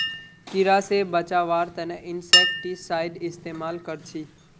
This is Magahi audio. कीड़ा से बचावार तने इंसेक्टिसाइड इस्तेमाल कर छी